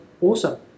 awesome